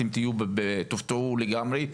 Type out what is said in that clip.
אתם תופתעו לגמרי.